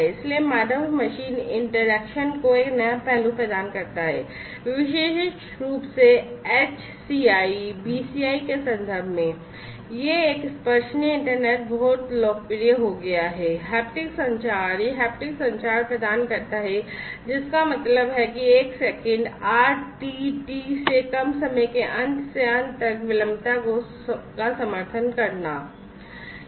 इसलिए मानव machine interaction को एक नया पहलू प्रदान करता है विशेष रूप से HCI BCI के संदर्भ में यह एकस्पर्शनीय इंटरनेट बहुत लोकप्रिय हो गया है haptic संचार यह हैप्टिक संचार प्रदान करता है जिसका मतलब है कि 1 सेकंड RTT से कम समय के अंत से अंत तक विलंबता का समर्थन करता है